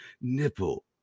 nipple